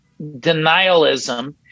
denialism